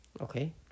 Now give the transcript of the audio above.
Okay